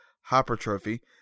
hypertrophy